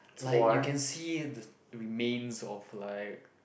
like you can see the remains of like